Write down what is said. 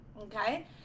okay